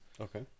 Okay